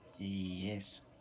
Yes